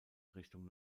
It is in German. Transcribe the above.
richtung